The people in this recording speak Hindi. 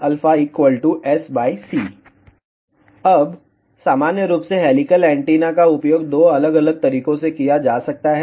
tan SC अब सामान्य रूप से हेलिकल एंटीना का उपयोग दो अलग अलग तरीकों से किया जा सकता है